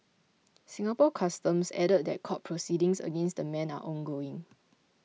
Singapore Customs added that court proceedings against the men are ongoing